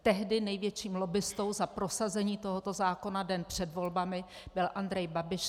Tehdy největším lobbistou za prosazení tohoto zákona den před volbami byl Andrej Babiš.